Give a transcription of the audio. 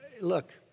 Look